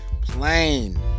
Plain